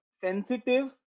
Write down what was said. sensitive